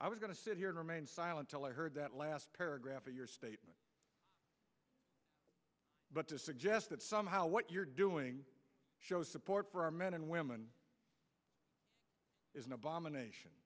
i was going to sit here and remain silent heard that last paragraph of your statement but to suggest that somehow what you're doing show support for our men and women is an abomination